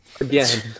again